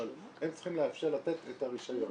אבל הם צריכים לאפשר לתת את הרישיון.